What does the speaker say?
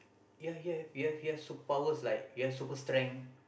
yeah you you have you have super powers like you have super strength